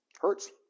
Hurts